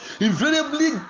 Invariably